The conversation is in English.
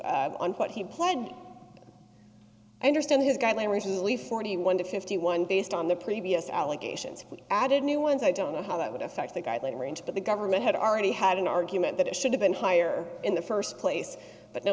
on what he planned i understand his guideline recently forty one to fifty one based on the previous allegations which added new ones i don't know how that would affect the guideline range but the government had already had an argument that it should have been higher in the first place but no